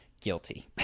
Guilty